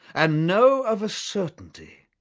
and know of a certainty,